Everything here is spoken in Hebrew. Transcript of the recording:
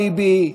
ביבי,